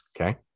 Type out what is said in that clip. Okay